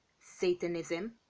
satanism